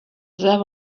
there